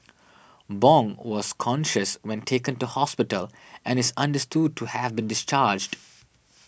Bong was conscious when taken to hospital and is understood to have been discharged